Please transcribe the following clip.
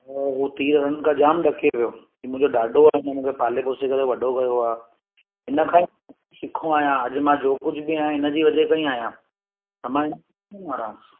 त उहो तीर हणण खां जाम ॾके पियो की मुंहिंजो ॾाॾो आहे हिन मूंखे पाले पोसे करे वॾो कयो आहे हिन खां ई सिखियो आहियां अॼु मां जो कुझु बि आहियां हिनजी वजह सां ई आहियां त मां कीअं मारासि